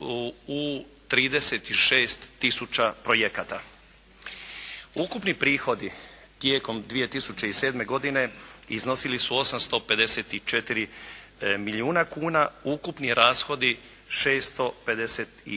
u 36 tisuća projekata. Ukupni prihodi tijekom 2007. godine iznosili su 854 milijuna kuna, ukupni rashodi 654